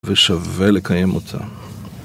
ושווה לקיים אותה